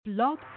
Blog